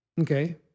Okay